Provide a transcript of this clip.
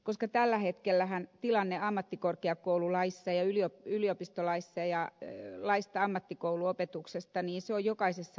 koska tällä hetkellähän tilanne ammattikorkeakoululaissa ja yliopistolaissa ja laissa ammattikouluopetuksesta on jokaisessa erilainen